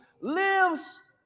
lives